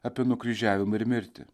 apie nukryžiavimą ir mirtį